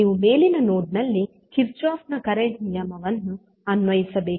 ನೀವು ಮೇಲಿನ ನೋಡ್ನಲ್ಲಿ ಕಿರ್ಚಾಫ್ ನ ಕರೆಂಟ್ Kirchoff's current ನಿಯಮವನ್ನು ಅನ್ವಯಿಸಬೇಕು